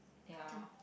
ya